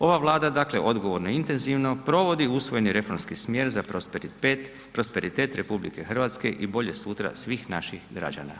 Ova Vlada dakle, odgovorno i intenzivno provodni usvojeni reformski smjer za prosperitet RH i bolje sutra svih naših građana.